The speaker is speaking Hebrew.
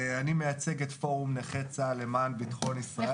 אני מייצג את פורום נכי צה"ל ל מען ביטחון ישראל.